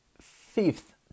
fifth